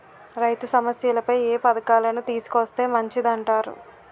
రైతు సమస్యలపై ఏ పథకాలను తీసుకొస్తే మంచిదంటారు?